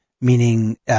meaning –